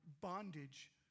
bondage